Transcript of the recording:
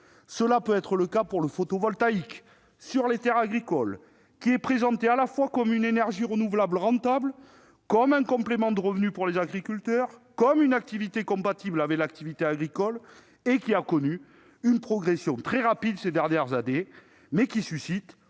Cela peut être le cas pour le photovoltaïque sur les terres agricoles, présenté à la fois comme une énergie renouvelable rentable, comme un complément de revenu pour les agriculteurs et comme une activité compatible avec l'activité agricole, et qui a connu une progression rapide au cours des dernières années, mais qui suscite